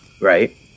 right